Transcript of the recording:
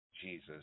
Jesus